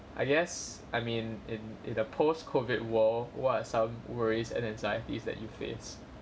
I guess I mean in in the post COVID war what are some worries and anxieties that you face